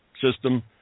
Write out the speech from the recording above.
system